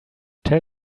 tell